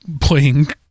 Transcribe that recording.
playing